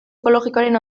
ekologikoaren